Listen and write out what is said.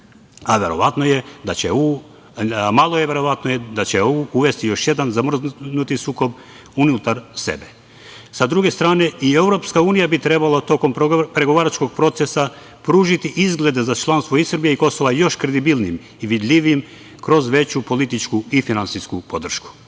malo verovatno je da će EU uvesti još jedan zamrznuti sukob unutar sebe. Sa druge stane, i EU bi trebalo tokom pregovaračkog procesa pružiti izglede za članstvo i Srbije i Kosova još kredibilnijim i vidljivijim kroz veću političku i finansijsku podršku.U